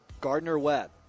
Gardner-Webb